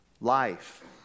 Life